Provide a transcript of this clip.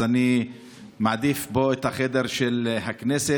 אז אני מעדיף פה את החדר של הכנסת,